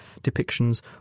depictions